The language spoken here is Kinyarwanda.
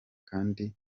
kandi